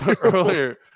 earlier